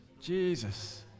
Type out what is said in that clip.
Jesus